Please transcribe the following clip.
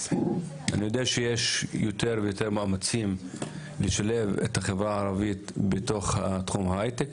אני יודע שיש יותר ויותר מאמצים לשלב את החברה הערבית בתחום ההייטק,